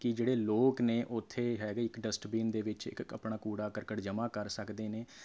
ਕਿ ਜਿਹੜੇ ਲੋਕ ਨੇ ਉੱਥੇ ਹੈ ਵੀ ਇੱਕ ਡਸਟਬੀਨ ਦੇ ਵਿੱਚ ਇੱਕ ਆਪਣਾ ਕੂੜਾ ਕਰਕਟ ਜਮ੍ਹਾਂ ਕਰ ਸਕਦੇ ਨੇ